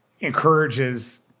encourages